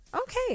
Okay